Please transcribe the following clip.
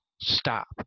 stop